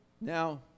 Now